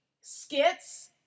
skits